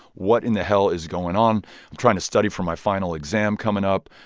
what in the hell is going on? i'm trying to study for my final exam coming up.